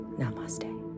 namaste